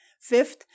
Fifth